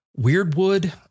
Weirdwood